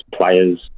Players